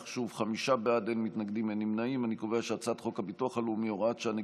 ההצעה להעביר את הצעת חוק הצעת חוק הביטוח הלאומי (הוראת שעה,